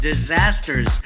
Disasters